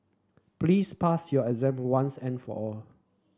please pass your exam once and for all